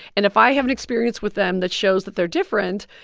and if i have an experience with them that shows that they're different,